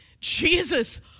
Jesus